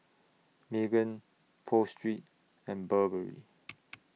Megan Pho Street and Burberry